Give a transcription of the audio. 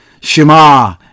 Shema